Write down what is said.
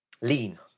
lean